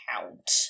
count